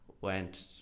went